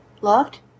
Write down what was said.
locked